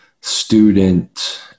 student